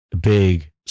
big